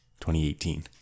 2018